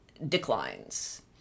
declines